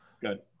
Good